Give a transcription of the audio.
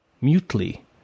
Mutely